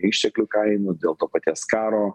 išteklių kainų dėl to paties karo